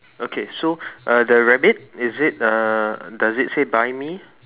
okay so uh the rabbit is it uh does it say buy me